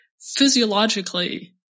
physiologically